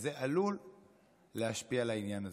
וזה עלול להשפיע על העניין הזה.